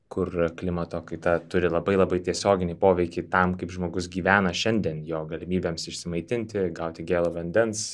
kur klimato kaita turi labai labai tiesioginį poveikį tam kaip žmogus gyvena šiandien jo galimybėms išsimaitinti gauti gėlo vandens